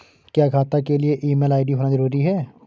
क्या खाता के लिए ईमेल आई.डी होना जरूरी है?